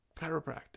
chiropractic